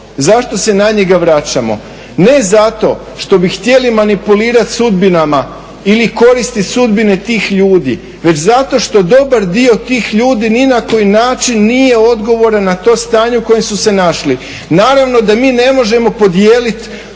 zašto se na njega vraćamo? Ne zato što bi htjeli manipulirat sudbinama ili koristit sudbine tih ljudi, već zato što dobar dio tih ljudi ni na koji način nije odgovoran za to stanje u kojem su se našli.